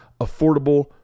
affordable